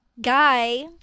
guy